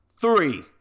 three